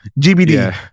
GBD